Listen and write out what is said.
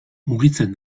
mugitzen